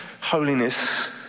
holiness